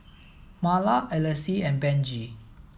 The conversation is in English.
Marla Elyse and Benji